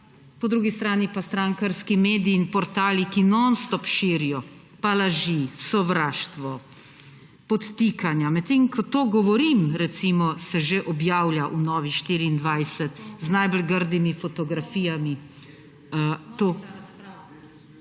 po drugi strani pa strankarski mediji in portali, ki nonstop širijo laži, sovraštvo, podtikanja. Medtem ko to govorim, recimo, se že objavlja v Novi24 z najbolj grdimi fotografijami